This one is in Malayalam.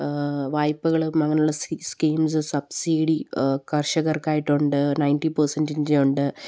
വായ്പകളും അങ്ങനെയുള്ള സ്കീംസ് സബ്സിഡി കർഷകർക്കായിട്ടുണ്ട് നയൻറ്റി പെർസെന്റിന്റെയുണ്ട്